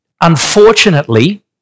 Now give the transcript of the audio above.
unfortunately